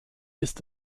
ist